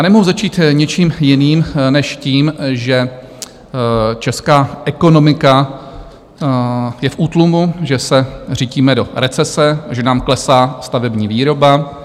Nemohu začít ničím jiným než tím, že česká ekonomika je v útlumu, že se řítíme do recese a že nám klesá stavební výroba.